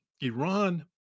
Iran